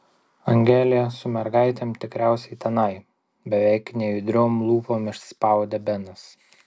angelė su mergaitėm tikriausiai tenai beveik nejudriom lūpom išspaudė benas